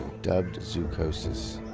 dubbed zoochosis.